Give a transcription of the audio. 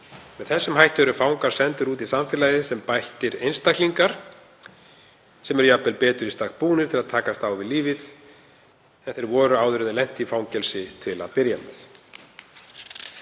Með þessum hætti eru fangar sendir út í samfélagið sem bættir einstaklingar sem eru jafnvel betur í stakk búnir til að takast á við lífið en þeir voru áður en þeir lentu í fangelsi til að byrja með.